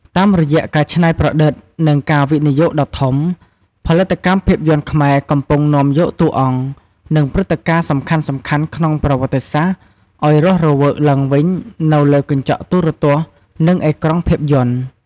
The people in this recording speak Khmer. តាមរយៈការច្នៃប្រឌិត និងការវិនិយោគដ៏ធំ ផលិតកម្មភាពយន្តខ្មែរកំពុងនាំយកតួអង្គ និងព្រឹត្តិការណ៍សំខាន់ៗក្នុងប្រវត្តិសាស្ត្រឲ្យរស់រវើកឡើងវិញនៅលើកញ្ចក់ទូរទស្សន៍ និងអេក្រង់ភាពយន្ត។